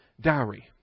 dowry